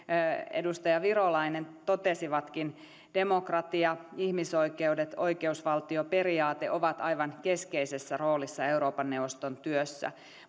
edustaja virolainen totesivatkin demokratia ihmisoikeudet oikeusvaltioperiaate ovat aivan keskeisessä roolissa euroopan neuvoston työssä